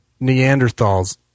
Neanderthals